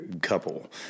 couple